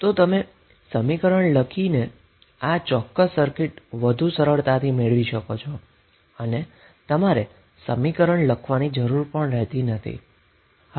તો તમે સમીકરણ લખીને આ ચોક્કસ સર્કિટ વધુ સરળતાથી મેળવી શકો છો અને તમારે સમીકરણ લખવાની જરૂર પણ રહેતી નથી શ શા માટે